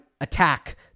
attack